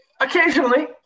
occasionally